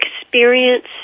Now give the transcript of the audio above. experience